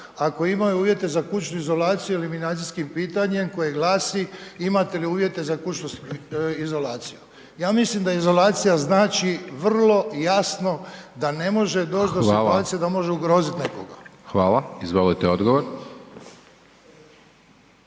ako imaju uvjete za kućnu izolaciju eliminacijskim pitanjem, koje glasi „Imate li uvjete za kućnu izolaciju?“. Ja mislim da izolacija znači vrlo jasno da ne može doći do situacije …/Upadica: Hvala./… da može